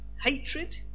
hatred